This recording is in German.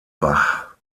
bach